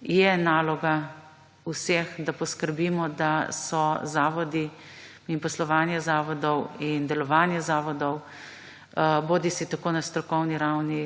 je naloga vseh, da poskrbimo, da so zavodi in poslovanje zavodov in delovanje zavodov bodisi tako na strokovni ravni,